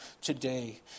today